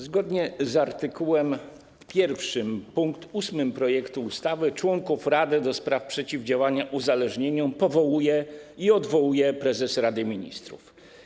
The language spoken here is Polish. Zgodnie z art. 1 pkt 8 projektu ustawy członków Rady do spraw Przeciwdziałania Uzależnieniom powołuje i odwołuje prezes Rady Ministrów.